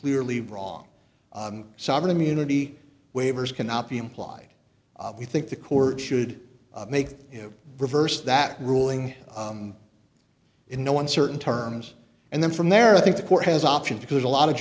clearly wrong sovereign immunity waivers cannot be implied we think the court should make you reverse that ruling in no uncertain terms and then from there i think the court has options because a lot of